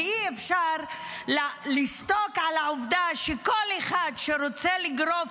ואי-אפשר לשתוק על העובדה שכל אחד שרוצה לגרוף